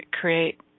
create